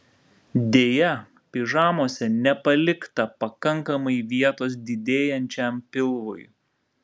deja pižamose nepalikta pakankamai vietos didėjančiam pilvui